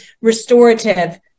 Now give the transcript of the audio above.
restorative